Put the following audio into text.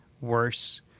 worse